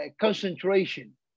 concentration